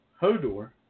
Hodor